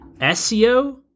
SEO